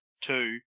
two